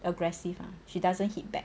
aggressive ah she doesn't hit back